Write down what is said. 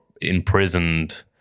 imprisoned